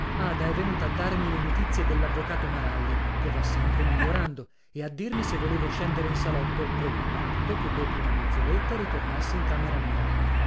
ada è venuta a darmi le notizie dellavvocato maralli che va sempre migliorando e a dirmi se volevo scendere in salotto col patto che dopo una mezzoretta ritornassi in camera mia